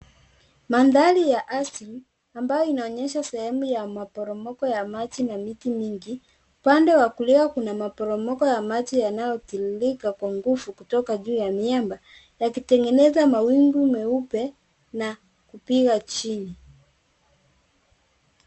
Mandhari ya asili ambayo inaonyesha sehemu ya maporomoko ya maji na miti mingi. Upande wa kulia kuna maporomoko ya maji yanayotiririka kwa nguvu kutoka juu ya miamba yakitengeneza mawingu meupe na kupiga chini.